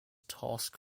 task